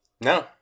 No